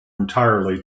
entirely